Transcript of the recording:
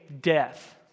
death